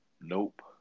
Nope